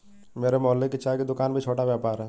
मेरे मोहल्ले की चाय की दूकान भी छोटा व्यापार है